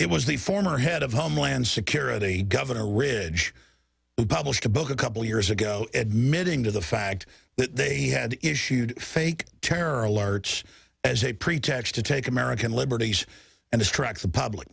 it was the former head of homeland security governor ridge who published a book a couple years ago admitting to the fact that they had issued fake terror alerts as a pretext to take american liberties and distract the public